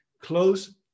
close